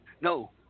No